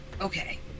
Okay